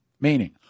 Meaning